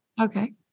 Okay